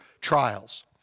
trials